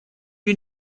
you